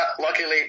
luckily